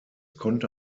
konnte